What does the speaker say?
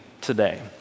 today